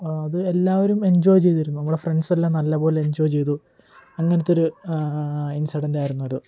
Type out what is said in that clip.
അത് എല്ലാവരും എൻജോയ് ചെയ്തിരുന്നു നമ്മളെ ഫ്രണ്ട്സെല്ലാം നല്ല പോലെ എഞ്ചോയ് ചെയ്തു അങ്ങനത്തെയൊരു ഇൻസിഡൻറ്റായിരുന്നു അത്